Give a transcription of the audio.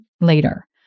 later